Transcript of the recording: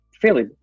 fairly